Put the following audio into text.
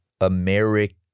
American